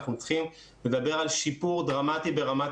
אנחנו צריכים לדבר על שיפור דרמטי ברמת